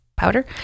powder